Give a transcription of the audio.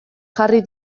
jarri